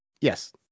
Yes